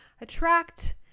attract